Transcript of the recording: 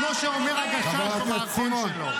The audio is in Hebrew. כמו שאומר הגשש במערכון שלו.